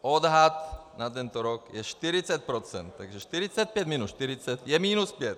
Odhad na tento rok je 40 %, takže 45 minus 40 je minus 5.